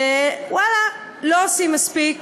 שוואללה, לא עושים מספיק,